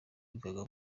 wigaga